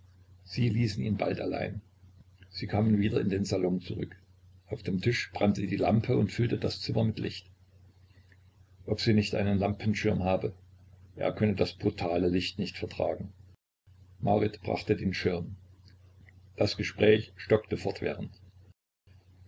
sie ließen ihn bald allein sie kamen wieder in den salon zurück auf dem tisch brannte die lampe und füllte das zimmer mit licht ob sie nicht einen lampenschirm habe er könne das brutale licht nicht vertragen marit brachte den schirm das gespräch stockte fortwährend